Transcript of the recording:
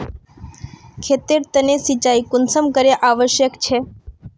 खेतेर तने सिंचाई कुंसम करे आवश्यक छै?